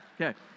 Okay